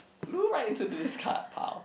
flew back into this card pile